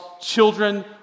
children